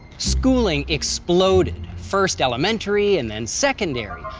schooling exploded. first elementary, and then secondary.